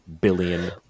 billion